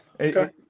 Okay